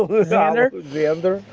ah alexander. alexander.